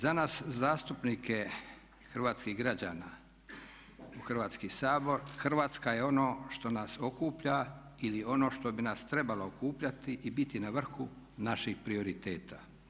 Za nas zastupnike hrvatskih građana u Hrvatski sabor Hrvatska je ono što nas okuplja ili ono što bi nas trebalo okupljati i biti na vrhu naših prioriteta.